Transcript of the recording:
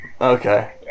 okay